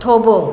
થોભો